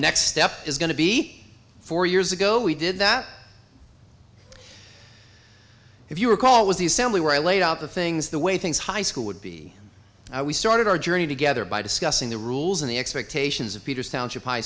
next step is going to be four years ago we did that if you recall was the assembly where i laid out the things the way things high school would be we started our journey together by discussing the rules and the expectations of peters township high